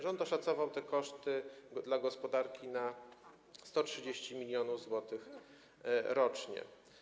Rząd oszacował te koszty dla gospodarki na 130 mln zł rocznie.